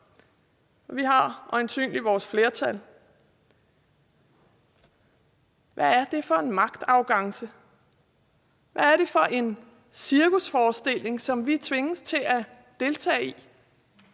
Man har øjensynligt sit flertal. Hvad er det for en magtarrogance? Hvad er det for en cirkusforestilling, som vi tvinges til at deltage i?